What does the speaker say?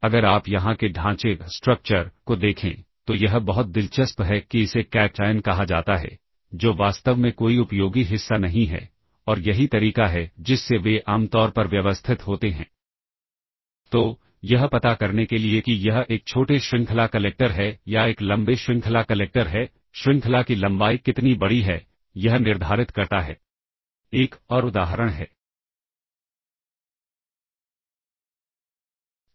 इसलिए आपको B C H L के वैल्यू को पुनर्स्थापित करने के लिए कोई सावधानी बरतने की ज़रूरत नहीं है लेकिन यदि आप वास्तव में चाहते हैं कि यह B C H L content खो न जाए तो आपको वैल्यू के आधार पर कॉल करना होगा फिर इस सबरूटीन के पहले कुछ निर्देश यह होने चाहिए कि B को पुश करें और H को पुश करें